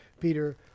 Peter